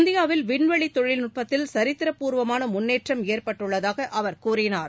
இந்தியாவில் விண்வெளிதொழில்நுட்பத்தில் சரித்திர பூர்வமானமுன்னேற்றம் ஏற்பட்டுள்ளதாகஅவர் கூறினார்